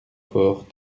fort